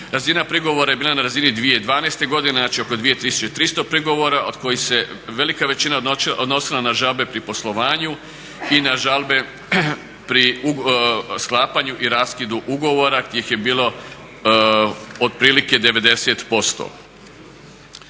Razina prigovora je bila na razini 2012.godine znači oko 2300 prigovora od kojih se velika većina odnosila na žalbe pri poslovanju i na žalbe pri sklapanju i raskidu ugovora gdje ih je bile otprilike 90%